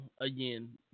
again